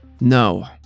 No